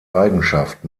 eigenschaft